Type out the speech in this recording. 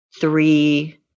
three